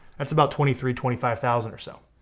that's about twenty three, twenty five thousand or so.